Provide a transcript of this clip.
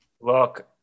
look